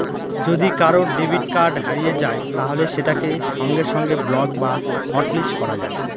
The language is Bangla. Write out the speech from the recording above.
যদি কারুর ডেবিট কার্ড হারিয়ে যায় তাহলে সেটাকে সঙ্গে সঙ্গে ব্লক বা হটলিস্ট করা যায়